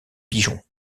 pigeon